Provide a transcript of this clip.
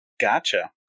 Gotcha